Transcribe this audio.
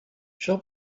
shall